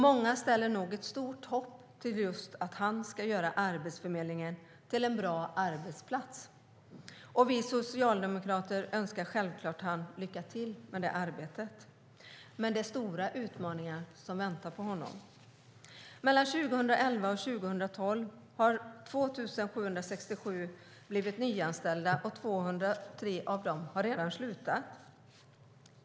Många sätter nog stort hopp till att han ska göra Arbetsförmedlingen till en bra arbetsplats, och vi socialdemokrater önskar honom självklart lycka till med det arbetet. Det är dock stora utmaningar som väntar honom. Mellan 2011 och 2012 har 2 767 personer nyanställts, och 203 av dem har redan slutat.